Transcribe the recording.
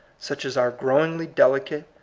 such as our grow ingly delicate,